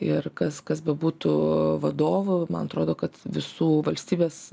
ir kas kas bebūtų vadovu man atrodo kad visų valstybės